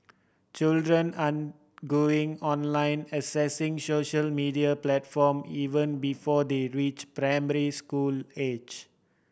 children an going online accessing social media platform even before they reach primary school age